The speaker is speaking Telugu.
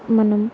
మనం